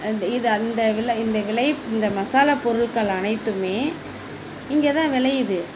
அது இது அந்த விளை இந்த விளை இந்த மசாலா பொருள்கள் அனைத்துமே இங்கேதான் விளையுது